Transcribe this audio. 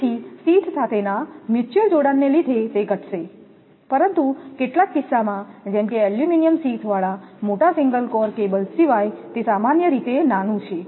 તેથી શીથ સાથેના મ્યુચ્યુઅલ જોડાણને લીધે તે ઘટશે પરંતુ કેટલાક કિસ્સામાં જેમ કે એલ્યુમિનિયમ શીથ વાળા મોટા સિંગલ કોર કેબલ્સ સિવાય તે સામાન્ય રીતે નાનું છે